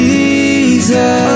Jesus